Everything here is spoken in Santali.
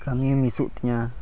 ᱠᱟᱹᱢᱤ ᱢᱤᱥᱚᱜ ᱛᱤᱧᱟ